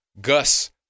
Gus